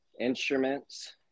instruments